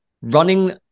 running